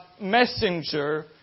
messenger